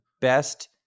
best